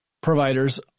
providers